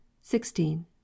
sixteen